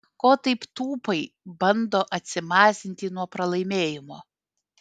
ko taip tūpai bando atsimazinti nuo pralaimėjimo